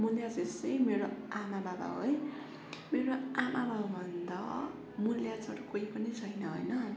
मूल्य चिज चाहिँ मेरो आमा बाबा हो है मेरो आमा बाबाभन्दा मूल्य चाहिँ अरू कोही पनि छैन होइन